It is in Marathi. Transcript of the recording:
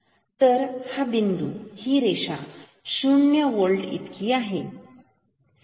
तर हा बिंदू ही रेषा शून्य होल्टचा बरोबरीची आहे